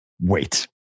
wait